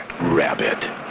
rabbit